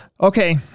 Okay